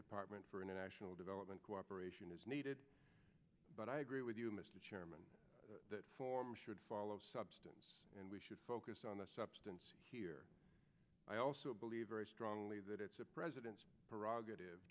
department for international development cooperation is needed but i agree with you mr chairman that form should follow substance and we should focus on the substance here i also believe very strongly that it's a president's prerogative